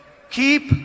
Keep